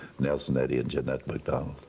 nelson eddy and jeannette macdonald.